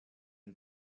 and